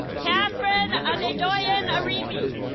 kathryn adedoyin ariyibi